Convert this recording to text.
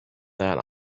that